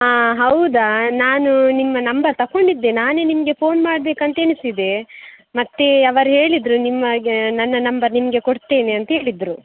ಹಾಂ ಹೌದಾ ನಾನು ನಿಮ್ಮ ನಂಬರ್ ತಗೊಂಡಿದ್ದೆ ನಾನೆ ನಿಮಗೆ ಫೋನ್ ಮಾಡ್ಬೇಕಂತ ಎಣಿಸಿದೆ ಮತ್ತೆ ಅವರು ಹೇಳಿದ್ರು ನಿಮಗೆ ನನ್ನ ನಂಬರ್ ನಿಮಗೆ ಕೊಡ್ತೇನೆ ಅಂತ ಹೇಳಿದ್ರು